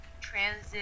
transit